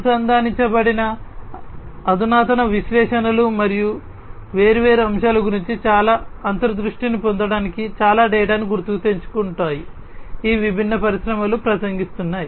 అనుసంధానించబడిన అధునాతన విశ్లేషణలు వేర్వేరు అంశాల గురించి చాలా అంతర్దృష్టిని పొందడానికి చాలా డేటాను గుర్తుకు తెచ్చుకుంటాయి ఈ విభిన్న పరిశ్రమలు ప్రసంగిస్తున్నాయి